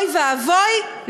אוי ואבוי,